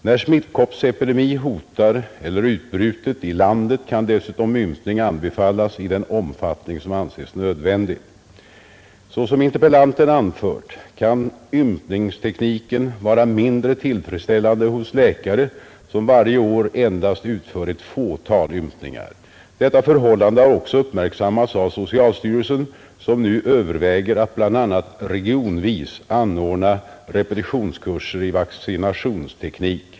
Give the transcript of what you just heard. När smittkoppsepidemi hotar eller brutit ut i landet, kan dessutom ympning anbefallas i den omfattning som anses nödvändig. Såsom interpellanten anfört kan ympningstekniken vara mindre tillfredsställande hos läkare som varje år endast utför ett fåtal ympningar. Detta förhållande har också uppmärksammats av socialstyrelsen, som nu överväger att bl.a. regionvis anordna repetitionskurser i vaccinationsteknik.